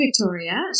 Victoria